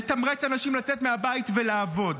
לתמרץ אנשים לצאת מהבית ולעבוד.